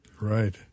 Right